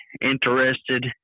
interested